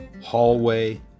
hallway